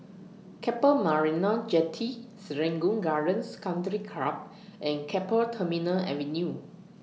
Keppel Marina Jetty Serangoons Gardens Country Club and Keppel Terminal Avenue